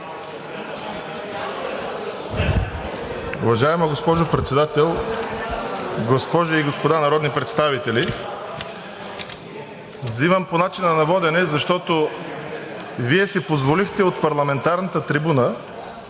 Уважаема госпожо Председател, госпожи и господа народни представители! Взимам процедура по начина на водене, защото Вие си позволихте от парламентарната трибуна